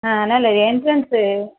ஆ அதனால என்ட்ரன்சு